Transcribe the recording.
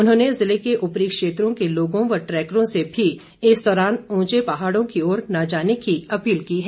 उन्होंने जिले के ऊपरी क्षेत्रों के लोगों व ट्रैकरों से भी इस दौरान ऊंचे पहाड़ों की ओर न जाने की अपील की है